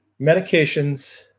medications